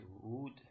wood